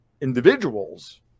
individuals